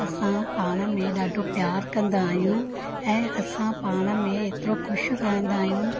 असां पाण में ॾाढो प्यारु कंदा आहियूं ऐं असां पाण में एतिरो ख़ुशि रहंदा आहियूं